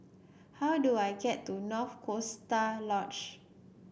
how do I get to North Lodge